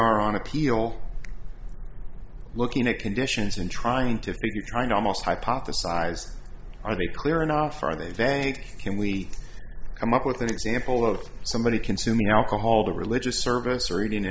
are on appeal looking at conditions and trying to figure trying to almost hypothesize are they clear enough are they thank him we come up with an example of somebody consuming alcohol the religious service or eating